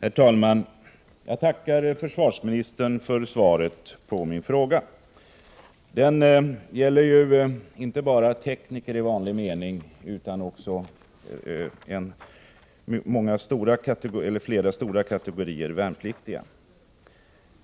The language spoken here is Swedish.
Herr talman! Jag tackar försvarsministern för svaret på min fråga. Frågan gällde inte bara tekniker i vanlig mening utan också flera andra stora kategorier värnpliktiga.